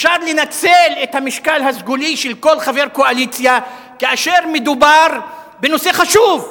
אפשר לנצל את המשקל הסגולי של כל חבר קואליציה כאשר מדובר בנושא חשוב,